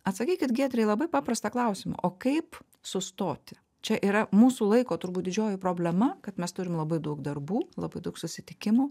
atsakykit giedre į labai paprastą klausimą o kaip sustoti čia yra mūsų laiko turbūt didžioji problema kad mes turim labai daug darbų labai daug susitikimų